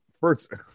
first